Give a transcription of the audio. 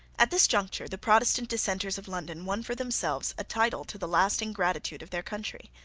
at this conjuncture the protestant dissenters of london won for themselves a title to the lasting gratitude of their country.